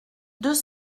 deux